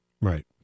right